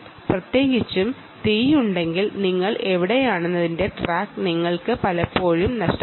പ്രത്യേകിച്ചും തീയുണ്ടെങ്കിൽ നിങ്ങൾ എവിടെയാണെന്നതിന്റെ ട്രാക്ക് നിങ്ങൾക്ക് പലപ്പോഴും നഷ്ടപ്പെടും